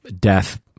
death